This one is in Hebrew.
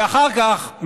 ואחר כך,